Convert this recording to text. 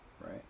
right